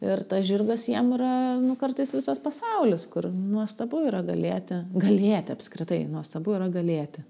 ir tas žirgas jiem yra nu kartais visas pasaulis kur nuostabu yra galėti galėti apskritai nuostabu yra galėti